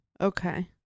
Okay